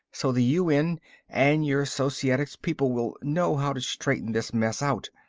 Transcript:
so the un and your societics people will know how to straighten this mess out.